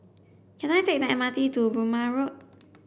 can I take the M R T to Burmah Road